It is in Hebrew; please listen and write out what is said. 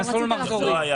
"מסלול מחזורים".